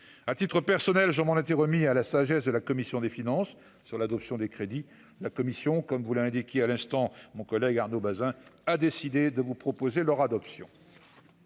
à titre personnel, je m'en étais remis à la sagesse de la commission des finances sur l'adoption des crédits, la Commission comme vous l'indiquiez à l'instant, mon collègue Arnaud Bazin a décidé de vous proposer leur adoption.